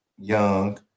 young